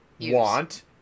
want